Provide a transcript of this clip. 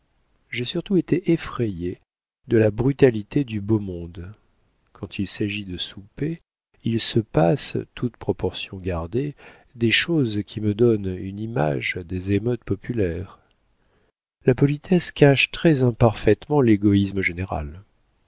j'ai surtout été effrayée de la brutalité du beau monde quand il s'agit de souper il se passe toutes proportions gardées des choses qui me donnent une image des émeutes populaires la politesse cache très imparfaitement l'égoïsme général